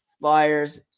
Flyers